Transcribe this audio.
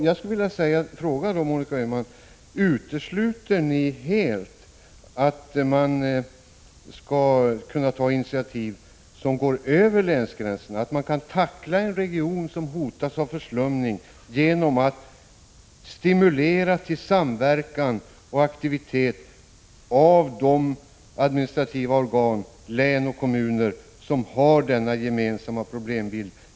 Jag skulle vilja fråga Monica Öhman: Utesluter ni helt att man skall kunna ta initiativ som går över länsgränserna, att man skall kunna tackla problemen i en region som hotas av förslumning genom att stimulera till samverkan mellan de administrativa organen i de län och kommuner som har denna gemensamma problembild?